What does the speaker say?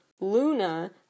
Luna